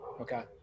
Okay